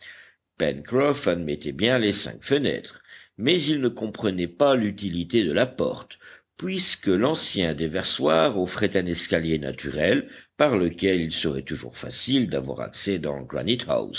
admettait bien les cinq fenêtres mais il ne comprenait pas l'utilité de la porte puisque l'ancien déversoir offrait un escalier naturel par lequel il serait toujours facile d'avoir accès dans